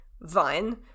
Vine